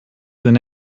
than